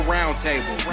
Roundtable